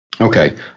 Okay